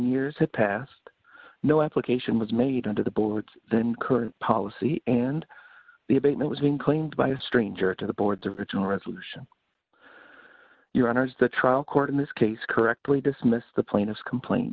years had passed no application was made under the board's then current policy and the abatement was being claimed by a stranger to the board the original resolution your honour's the trial court in this case correctly dismissed the plaintiff complain